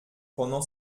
pendant